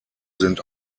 sind